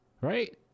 right